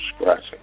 scratching